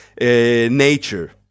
nature